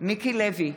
מיקי לוי,